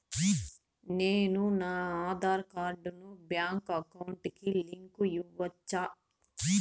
నేను నా ఆధార్ కార్డును బ్యాంకు అకౌంట్ కి లింకు ఇవ్వొచ్చా?